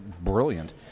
brilliant